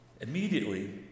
Immediately